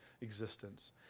existence